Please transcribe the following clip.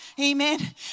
Amen